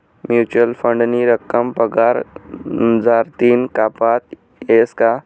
Mutual फंडनी रक्कम पगार मझारतीन कापता येस का?